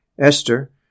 Esther